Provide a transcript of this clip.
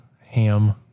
ham